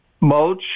Mulch